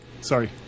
Sorry